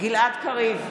גלעד קריב,